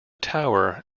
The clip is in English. tower